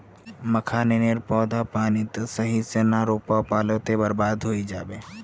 मखाने नेर पौधा पानी त सही से ना रोपवा पलो ते बर्बाद होय जाबे